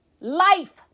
life